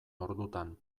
ordutan